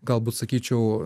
galbūt sakyčiau